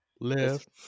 Left